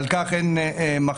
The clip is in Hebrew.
על כך אין מחלוקת.